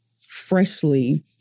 freshly